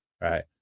right